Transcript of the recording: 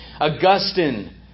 Augustine